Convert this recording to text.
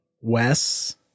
Wes